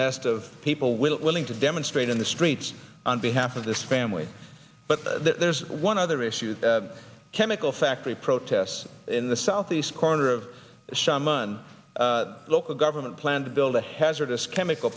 nest of people willing to demonstrate in the streets on behalf of this family but there's one other issue the chemical factory protests in the southeast corner of the show money local government plan to build a hazardous chemical